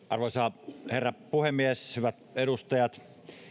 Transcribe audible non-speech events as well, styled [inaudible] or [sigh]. [unintelligible] arvoisa herra puhemies hyvät edustajat